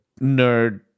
nerd